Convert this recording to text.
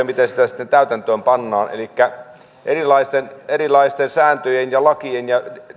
miten sitä sitten täytäntöön pannaan elikkä erilaisten erilaisten sääntöjen ja lakien ja